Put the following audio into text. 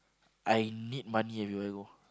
I need money everywhere I go